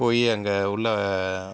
போய் அங்கே உள்ள